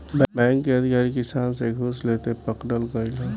bank के अधिकारी किसान से घूस लेते पकड़ल गइल ह